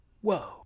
Whoa